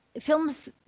Films